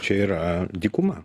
čia yra dykuma